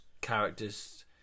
characters